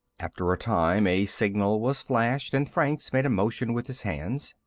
after a time, a signal was flashed, and franks made a motion with his hands.